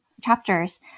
chapters